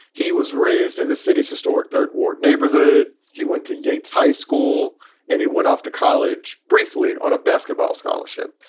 he was raised in the city's historic third ward neighborhood. he went to yates high school and he went off to college briefly on a basketball scholarship.